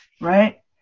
right